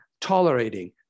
tolerating